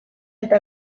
eta